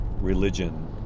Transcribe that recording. religion